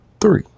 Three